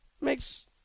makes